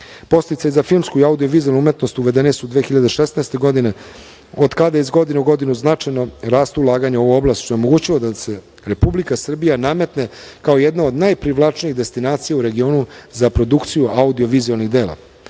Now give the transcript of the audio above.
Podsticaj za filmsku i audio, vizuelnu umetnost uvedeni su 2016. godine od kada iz godine u godinu značajno rastu ulaganja u ovu oblast, što bi nam omogućilo da se Republika Srbije nametne kao jedna od najprivlačnijih destinacija u regionu za produkciju audio vizuelnih dela.U